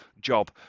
job